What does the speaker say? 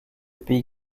pays